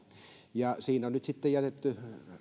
siinä on nyt sitten jätetty